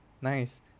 Nice